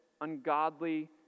ungodly